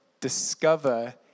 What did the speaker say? discover